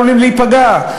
עלולים להיפגע,